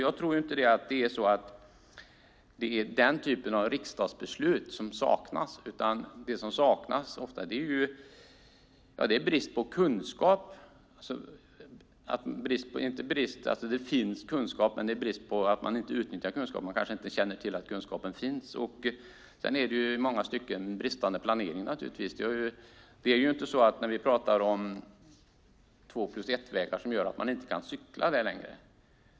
Jag tror inte att det är den typen av riksdagsbeslut som saknas. Det är inte brist på kunskap - sådan finns - men man utnyttjar inte kunskapen, och man kanske inte känner till att kunskapen finns. Sedan är det naturligtvis i många stycken bristande planering. Vi talar om "2 + 1"-vägar som gör att man inte kan cykla där längre.